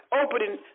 opening